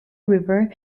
river